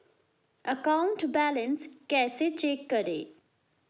Account balance कैसे check करें?